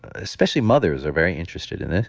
especially mothers are very interested in it.